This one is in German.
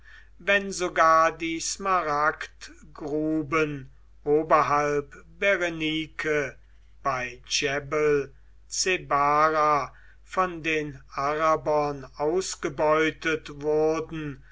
wenn sogar die smaragdgruben oberhalb berenike bei djebel zebra von den arabern ausgebeutet wurden